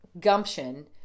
gumption